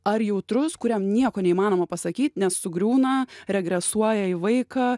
ar jautrus kuriam nieko neįmanoma pasakyt nes sugriūna regresuoja į vaiką